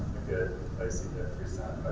good place to get free sound